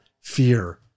fear